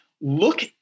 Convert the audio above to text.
look